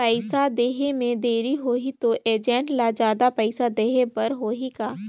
पइसा देहे मे देरी होही तो एजेंट ला जादा पइसा देही बर होही का?